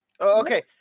Okay